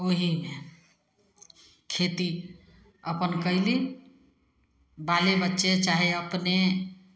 ओहीमे खेती अपन कयली बाले बच्चे चाहे अपने